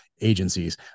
agencies